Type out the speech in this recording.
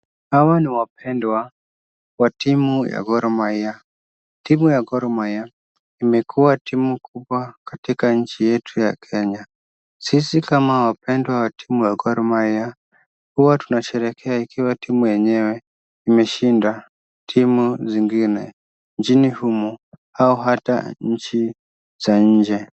Hawa ni wapendwa wa timu ya Gor Mahia. Timu ya Gor Mahia imekuwa timu kubwa katika nchi yetu ya Kenya. Sisi kama wapendwa wa timu ya Gor Mahia, huwa tunasherehekea ikiwa timu yenyewe imeshinda timu zingine nchini humu au hata nchi za nje.